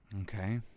Okay